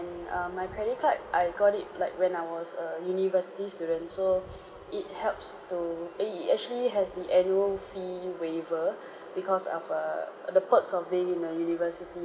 err my credit card I got it like when I was a university student so it helps to eh it actually has the annual fee waiver because of err the perks of being in a university